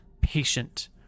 patient